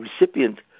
recipient